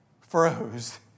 froze